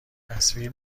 تصویر